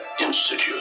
Institute